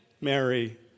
Mary